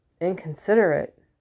inconsiderate